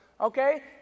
okay